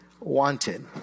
wanted